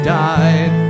died